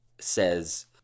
says